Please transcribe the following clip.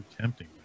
tempting